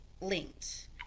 linked